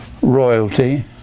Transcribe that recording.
Royalty